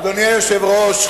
אדוני היושב-ראש,